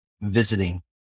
visiting